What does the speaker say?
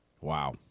Wow